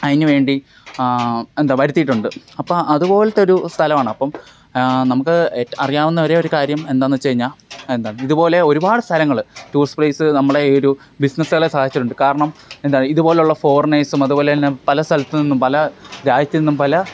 അതിന് വേണ്ടി എന്താണ് വരുത്തിയിട്ടുണ്ട് അപ്പം അതുപോലെത്തൊരു സ്ഥലമാണ് അപ്പം നമുക്ക് അറിയാവുന്ന ഒരേ ഒരു കാര്യം എന്താണെന്നു വച്ചു കഴിഞ്ഞാൽ എന്താണ് ഇതുപോലെ ഒരുപാട് സ്ഥലങ്ങൾ ടൂറിസ്റ്റ് പ്ലേസ് നമ്മുടെ ഈ ഒരു ബിസിനസുകളെ സഹായിച്ചിട്ടുണ്ട് കാരണം എന്താണ് ഇതുപോലെയുള്ള ഫോറീനേഴ്സും അതുപോലെ തന്നെ പല സ്ഥലത്തു നിന്നും പല രാജ്യത്തു നിന്നും പല